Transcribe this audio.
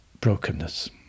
Brokenness